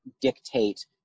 dictate